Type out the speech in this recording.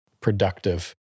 productive